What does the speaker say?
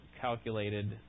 calculated